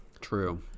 true